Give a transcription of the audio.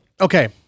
okay